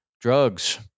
Drugs